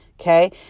okay